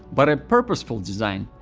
but a purposeful design.